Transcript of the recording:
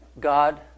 God